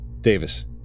Davis